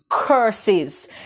curses